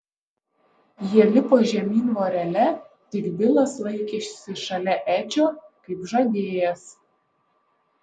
jie lipo žemyn vorele tik bilas laikėsi šalia edžio kaip žadėjęs